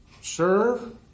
serve